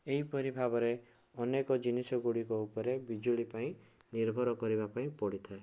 ଏହିପରି ଭାବରେ ଅନେକ ଜିନିଷ ଗୁଡ଼ିକ ଉପରେ ବିଜୁଳି ପାଇଁ ନିର୍ଭର କରିବା ପାଇଁ ପଡ଼ିଥାଏ